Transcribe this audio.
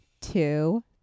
two